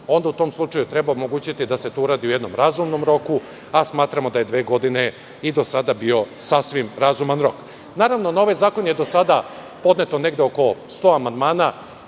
onda u tom slučaju treba omogućiti da se to uradi u jednom razumnom roku, a smatramo da je dve godine i do sada bio sasvim razuman rok. Naravno, na ovaj zakon je do sada podneto negde oko 100 amandmana,